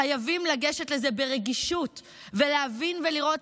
חייבים לגשת לזה ברגישות ולהבין ולראות